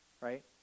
right